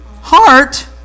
heart